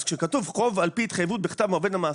אז כשכתוב חוב על פי התחייבות בכתב מהעובד למעסיק,